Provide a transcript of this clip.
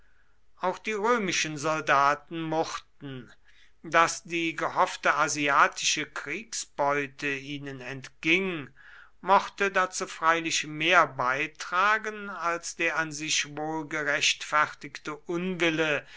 auch die römischen soldaten murrten daß die gehoffte asiatische kriegsbeute ihnen entging mochte dazu freilich mehr beitragen als der an sich wohl gerechtfertigte unwille